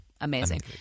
Amazing